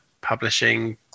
publishing